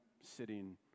sitting